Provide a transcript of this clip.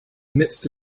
midst